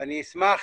ואני אשמח